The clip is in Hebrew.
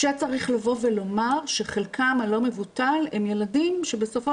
כשצריך לבוא ולומר שחלקם הלא מבוטל הם ילדים שבסופו